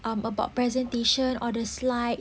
um about presentation or the slide